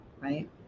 Right